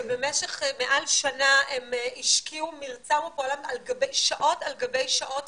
במשך מעל שנה הם השקיעו ממרצם ופועלם שעות על גבי שעות